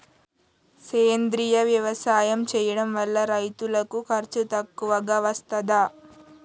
సేంద్రీయ వ్యవసాయం చేయడం వల్ల రైతులకు ఖర్చు తక్కువగా వస్తదా?